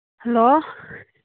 hello